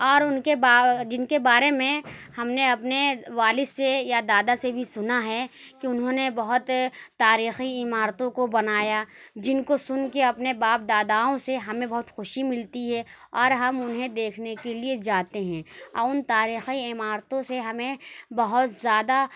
اور ان کے با جن کے بارے میں ہم نے اپنے والد سے یا دادا سے بھی سنا ہے کہ انہوں نے بہت تاریخی عمارتوں کو بنایا جن کو سن کے اپنے باپ داداؤں سے ہمیں بہت خوشی ملتی ہے اور ہم انہیں دیکھنے کے لیے جاتے ہیں آ ان تاریخی عمارتوں سے ہمیں بہت زیادہ